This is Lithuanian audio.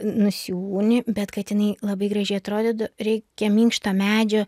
nusiųni bet kad jinai labai gražiai atrodytų reikia minkšto medžio